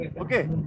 Okay